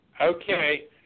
Okay